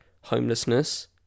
homelessness